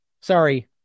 Sorry